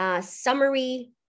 Summary